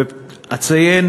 אציין